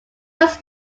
was